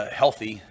healthy